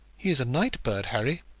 he is a night bird, harry,